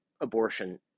Abortion